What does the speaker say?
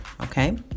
okay